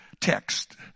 text